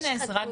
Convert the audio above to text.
הסגול